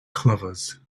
clovers